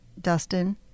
Dustin